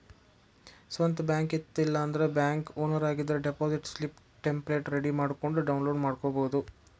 ಸ್ವಂತ್ ಬ್ಯಾಂಕ್ ಇತ್ತ ಇಲ್ಲಾಂದ್ರ ಬ್ಯಾಂಕ್ ಓನರ್ ಆಗಿದ್ರ ಡೆಪಾಸಿಟ್ ಸ್ಲಿಪ್ ಟೆಂಪ್ಲೆಟ್ ರೆಡಿ ಮಾಡ್ಕೊಂಡ್ ಡೌನ್ಲೋಡ್ ಮಾಡ್ಕೊಬೋದು